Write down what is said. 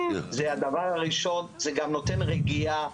זה הדבר הראשון, זה גם נותן רגיעה.